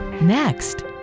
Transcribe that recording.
Next